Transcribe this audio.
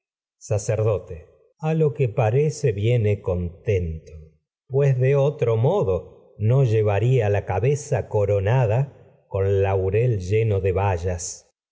sacerdote a lo que parece viene contento pues tragedias de sófocles de otro modo no llevaría la cabeza coronada con laurel lleno de bayas